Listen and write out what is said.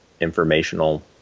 informational